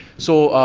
so,